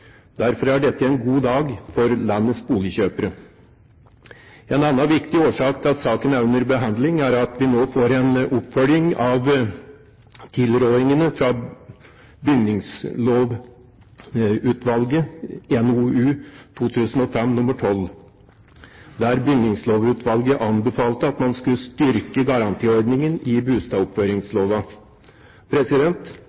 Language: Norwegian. Derfor er dette en god dag for landets boligkjøpere. En annen viktig årsak til at saken er under behandling, er at vi nå får en oppfølging av tilrådingene fra Bygningslovutvalget i NOU 2005:12, der Bygningslovutvalget anbefalte at man skulle styrke garantiordningen i